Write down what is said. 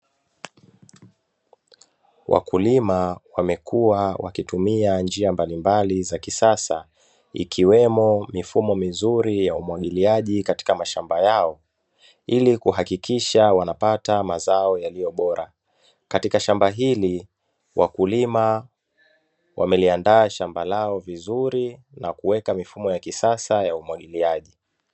Wakulima wamekuwa wakitumia njia mbalimbali za kisasa ikiwemo mifumo mizuri ya umwagiliaji, katika mashamba yao ili kuhakikisha wanapata mazao yaliyo bora katika shamba hili. Wakulima wameliandaa shamba lao vizuri na kuweka mifumo ya kisasa ya umwagiliaji.